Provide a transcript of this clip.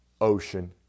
ocean